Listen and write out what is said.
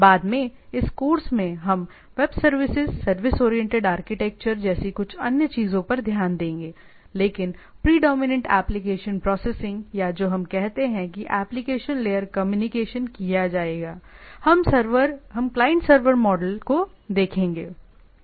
बाद में इस कोर्स में हम web services service oriented architecture जैसी कुछ अन्य चीजों पर ध्यान देंगे लेकिन प्रीडोमिनेंट एप्लीकेशन लेयर प्रोसेसिंग या जो हम कहते हैं कि एप्लीकेशन लेयर कम्युनिकेशन किया जाएगा हम क्लाइंट सर्वर मॉडल को देखेंगे